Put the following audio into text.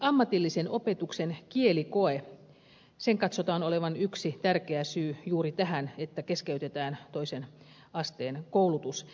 ammatillisen opetuksen kielikokeen katsotaan olevan yksi tärkeä syy juuri tähän että keskeytetään toisen asteen koulutus